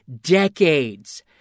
decades